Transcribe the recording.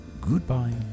goodbye